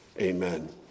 Amen